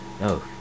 no